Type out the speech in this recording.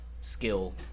skill